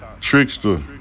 trickster